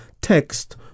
text